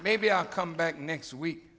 maybe i'll come back next week